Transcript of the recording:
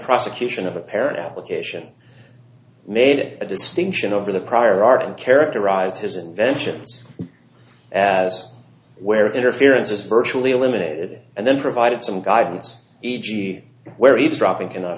prosecution of a parent application made a distinction over the prior art and characterized his inventions where interference is virtually eliminated and then provided some guidance where eavesdropping cannot